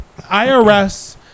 IRS